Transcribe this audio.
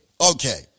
Okay